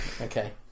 okay